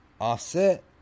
offset